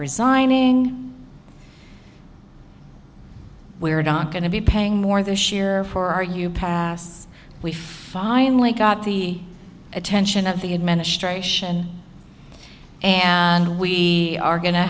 resigning we're dokken to be paying more this year for our you pass we finally got the attention of the administration and we are go